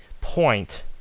point